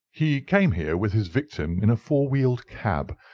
he came here with his victim in a four-wheeled cab,